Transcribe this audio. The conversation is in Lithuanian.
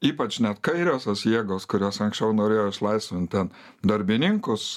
ypač net kairiosios jėgos kurios anksčiau norėjo išlaisvint ten darbininkus